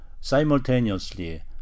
Simultaneously